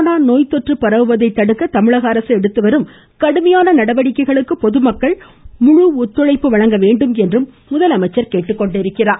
corona நோய் தொற்று பரவுவதை தடுக்க தமிழக அரசு எடுத்து வரும் கடுமையான நடவடிக்கைகளுக்கு பொது மக்கள் முழு ஒத்துழைப்பு வழங்க வேண்டும் என்றும் முதலமைச்சர் கேட்டு கொண்டிருக்கிறார்